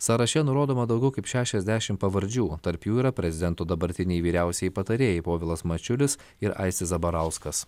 sąraše nurodoma daugiau kaip šešiasdešim pavardžių tarp jų yra prezidento dabartiniai vyriausieji patarėjai povilas mačiulis ir aistis zabarauskas